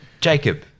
Jacob